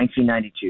1992